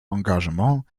engagement